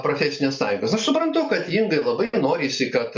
profesines sąjungas aš suprantu kad ingai labai norisi kad